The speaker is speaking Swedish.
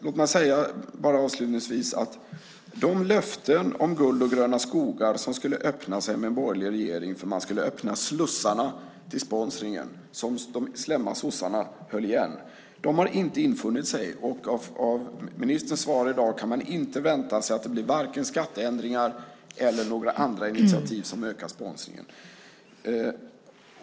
Jag vill avslutningsvis säga att de löften om guld och gröna skogar som skulle infrias med en borgerlig regering - man skulle öppna slussarna till sponsringen, som de slemma sossarna höll igen - har inte infriats, och av ministerns svar i dag kan man inte vänta sig att det blir vare sig skatteändringar eller några andra initiativ som ökar sponsringen.